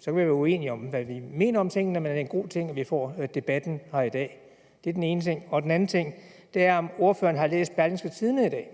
Så kan vi være uenige om, hvad vi mener om tingene, men er det ikke en god ting, at vi får debatten her i dag? Det er den ene ting. Så er der den anden ting. Jeg ved ikke, om ordføreren har læst Berlingske Tidende i dag.